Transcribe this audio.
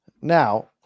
Now